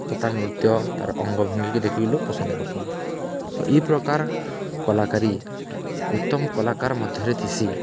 ତାର୍ ନୃତ୍ୟ ତାର୍ ଅଙ୍ଗ ଭଙ୍ଗୀକେ ଦେଖିକି ଲୋକ୍ ପସନ୍ଦ୍ କର୍ସନ୍ ତ ଇ ପ୍ରକାର୍ କଲାକାରୀ ଉତ୍ତମ୍ କଲାକାର୍ ମଧ୍ୟରେ ଥିସି